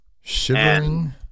Shivering